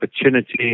opportunity